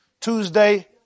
Tuesday